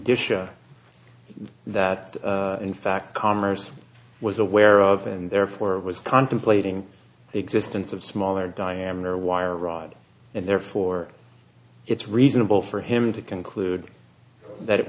disha that in fact commerce was aware of it and therefore was contemplating the existence of smaller diameter wire rod and therefore it's reasonable for him to conclude that it